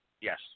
Yes